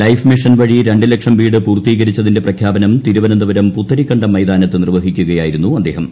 life mission വഴി രണ്ടു ലക്ഷം വീട് പൂർത്തീകരിച്ചതിന്റെ പ്രഖ്യാപനം തിരുവനന്തപുരം പുത്തരിക്കണ്ടം മൈതാനത്ത് നിർവഹിക്കുകയായിരുന്നു അദ്ദേഹം